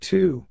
Two